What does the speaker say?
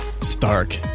Stark